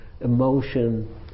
emotion